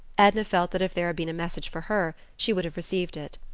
edna felt that if there had been a message for her, she would have received it.